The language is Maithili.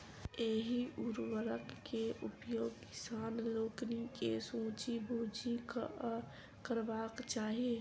एहि उर्वरक के उपयोग किसान लोकनि के सोचि बुझि कअ करबाक चाही